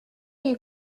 you